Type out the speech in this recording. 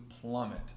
plummet